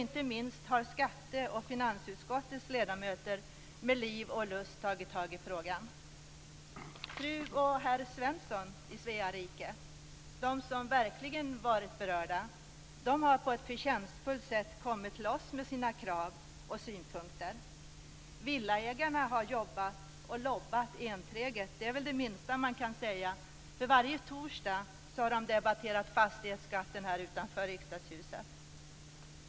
Inte minst har skatte och finansutskottens ledamöter med liv och lust också tagit tag i frågan. Fru och herr Svensson i Svea rike, de som verkligen varit berörda, har på ett förtjänstfullt sätt kommit till oss med sina krav och synpunkter. Villaägarna har jobbat och lobbat enträget. Det är det minsta man kan säga. Varje torsdag har de nämligen debatterat fastighetsskatten här utanför Riksdagshuset.